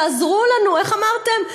תעזרו לנו, איך אמרתם?